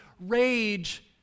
rage